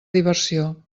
diversió